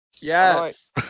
Yes